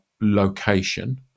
location